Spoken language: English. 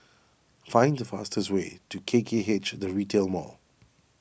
find the fastest way to K K H the Retail Mall